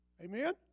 Amen